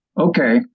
okay